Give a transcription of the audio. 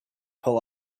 pull